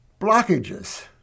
blockages